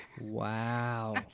Wow